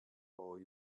boy